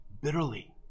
bitterly